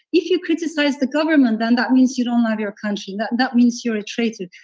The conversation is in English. if you criticize the government, then that means you don't love your country. that that means you're a traitor.